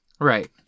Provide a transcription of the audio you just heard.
Right